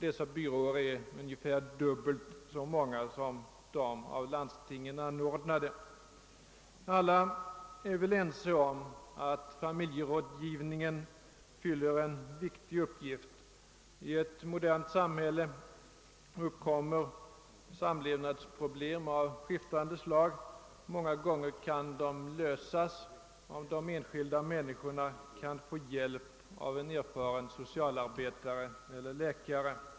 Dessa byråer är ungefär dubbelt så många som landstingens. Alla är väl eniga om att familjerådgivning fyller en viktig uppgift. I ett modernt samhälle uppkommer samlevnadsproblem av skiftande slag. Många gånger kan dessa lösas och enskilda människor få hjälp av erfarna socialarbetare eller läkare.